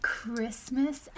Christmas